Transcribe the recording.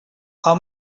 how